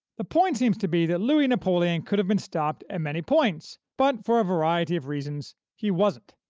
the point seems to be that louis napoleon could have been stopped at many points, but for a variety of reasons, he wasn't.